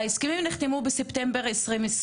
ההסכמים נחתמו בספטמבר 2020,